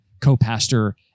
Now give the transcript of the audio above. co-pastor